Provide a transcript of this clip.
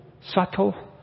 subtle